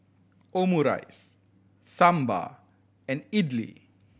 Omurice Sambar and Idili